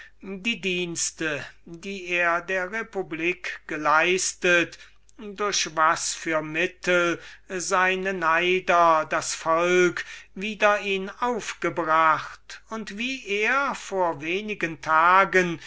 die dienste die er der republik geleistet durch was für mittel seine neider das volk wider ihn aufgebracht und wie er vor wenig tagen